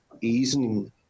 easing